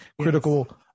critical